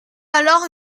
alors